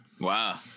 Wow